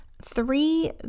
three